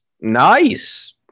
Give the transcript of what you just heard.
nice